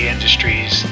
Industries